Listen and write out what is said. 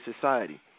society